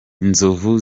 inzovu